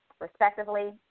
respectively